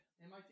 MIT